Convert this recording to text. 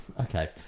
okay